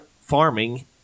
farming